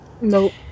Nope